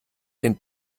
den